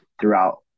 throughout